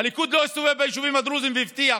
הליכוד לא הסתובב ביישובים הדרוזיים והבטיח